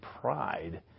pride